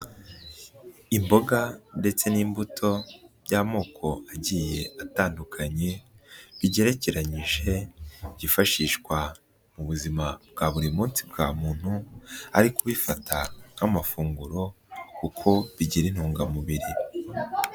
Imboga ndetse n'imbuto by'amoko agiye atandukanye bigerekeranyije byifashishwa mu buzima bwa buri munsi bwa muntu ari kubifata nk'amafunguro kuko bigira intungamubiri.